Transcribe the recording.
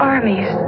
Armies